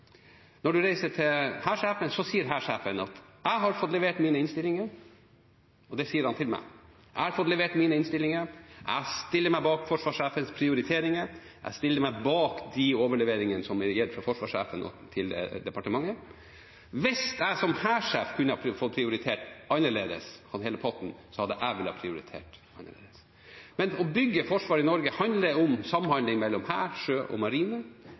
Når man reiser til hærsjefen, sier hærsjefen til meg: Jeg har fått levert mine innstillinger. Jeg har fått levert mine innstillinger, og jeg stiller meg bak forsvarssjefens prioriteringer. Jeg stiller meg bak de overleveringene som er levert fra forsvarssjefen til departementet. Hvis jeg som hærsjef kunne fått prioritert annerledes med hele potten, ville jeg ha prioritert annerledes, men å bygge forsvar i Norge handler om samhandling mellom hær, sjø og marine.